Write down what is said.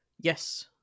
Yes